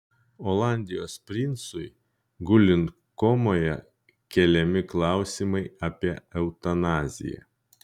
olandijos princui gulint komoje keliami klausimai apie eutanaziją